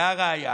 והראיה